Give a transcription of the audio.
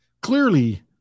clearly